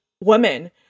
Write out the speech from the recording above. women